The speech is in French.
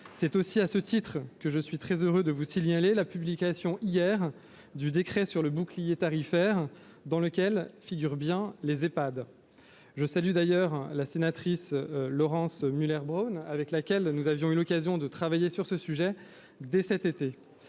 attention. À ce titre, je suis très heureux de vous signaler la publication, hier, du décret sur le bouclier tarifaire, dans lequel figurent bien les Ehpad. Je salue d'ailleurs la sénatrice Laurence Muller-Bronn, avec laquelle nous avions eu l'occasion de travailler sur ce sujet dès cet été.